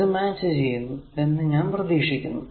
ഇത് മാച്ച് ചെയ്യുന്നു എന്ന് ഞാൻ പ്രതീക്ഷിക്കുന്നു